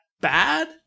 bad